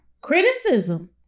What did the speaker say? Criticism